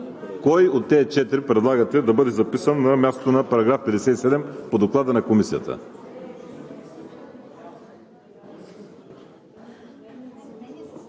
Кой от тези четири предлагате да бъде записан на мястото на § 57 по Доклада на Комисията?